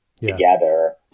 together